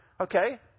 Okay